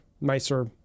nicer